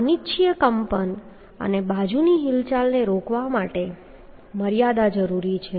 અનિચ્છનીય કંપન અને બાજુની હિલચાલને રોકવા માટે મર્યાદા જરૂરી છે